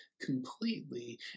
completely